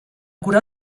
curar